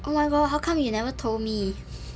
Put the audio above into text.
oh my god how come you never told me